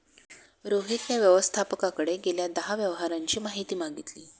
रोहितने व्यवस्थापकाकडे गेल्या दहा व्यवहारांची माहिती मागितली